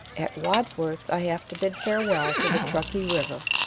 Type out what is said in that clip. at wadsworth i have to bid farewell to the truckee river,